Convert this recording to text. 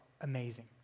amazing